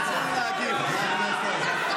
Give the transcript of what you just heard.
חברי הכנסת.